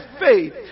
faith